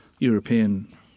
European